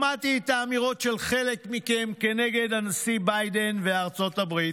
שמעתי את האמירות של חלק מכם כנגד הנשיא ביידן וארצות הברית,